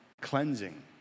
Cleansing